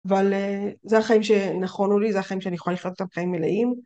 אבל זה החיים שנכונו לי, זה החיים שאני יכולה לחיות אותם חיים מלאים.